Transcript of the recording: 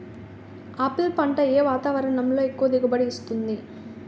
Apple పంట ఏ వాతావరణంలో ఎక్కువ దిగుబడి ఇస్తుంది?